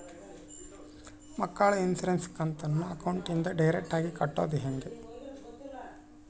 ಮಕ್ಕಳ ಇನ್ಸುರೆನ್ಸ್ ಕಂತನ್ನ ಅಕೌಂಟಿಂದ ಡೈರೆಕ್ಟಾಗಿ ಕಟ್ಟೋದು ಹೆಂಗ?